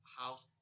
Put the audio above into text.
house